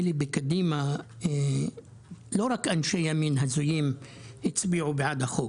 לא רק אנשי ימין הזויים הצביעו בעד החוק.